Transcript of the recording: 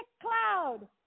cloud